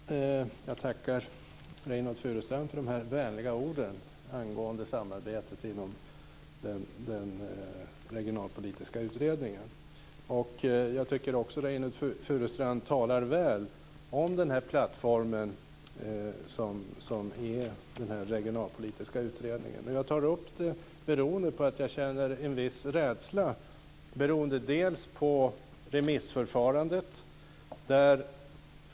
Herr talman! Jag tackar Reynoldh Furustrand för de vänliga orden angående samarbetet inom den regionalpolitiska utredningen. Jag tycker också att Reynoldh Furustrand talar väl om den plattform som den regionalpolitiska utredningen är. Jag tar upp det beroende på att jag känner en viss rädsla på grund av remissförfarandet.